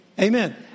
Amen